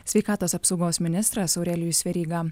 sveikatos apsaugos ministras aurelijus veryga